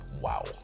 wow